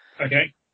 Okay